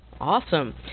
Awesome